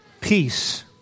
peace